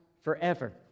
forever